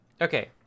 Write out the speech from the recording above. Okay